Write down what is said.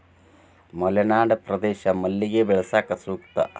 ಮಲೆನಾಡಿನ ಪ್ರದೇಶ ಮಲ್ಲಿಗೆ ಬೆಳ್ಯಾಕ ಸೂಕ್ತ